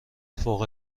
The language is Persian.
فوق